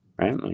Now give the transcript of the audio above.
right